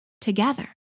together